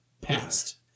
past